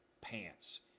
pants